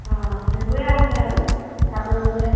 অঁ সেইবোৰেই আছে আৰু চাবলগীয়া